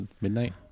midnight